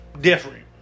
different